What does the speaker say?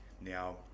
Now